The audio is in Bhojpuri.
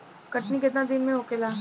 कटनी केतना दिन में होखेला?